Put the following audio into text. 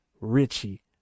Richie